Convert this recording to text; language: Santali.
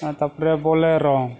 ᱦᱮᱸ ᱛᱟᱨᱯᱚᱨᱮ ᱵᱚᱞᱮᱨᱳ